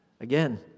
Again